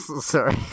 Sorry